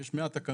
שיש 100 תקנות